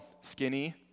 skinny